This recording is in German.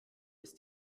ist